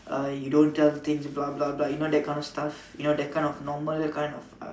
uh you don't tell things blah blah blah you know that kind of stuff you know that kind of normal kind of